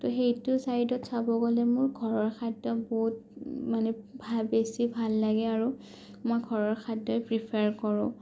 ত' সেইটো ছাইডত চাব গ'লে মোৰ ঘৰৰ খাদ্য বহুত মানে বেছি ভাল লাগে আৰু মই ঘৰৰ খাদ্যই প্ৰিফাৰ কৰোঁ